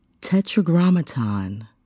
Tetragrammaton